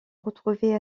retrouvée